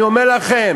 אני אומר לכם,